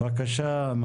בבקשה.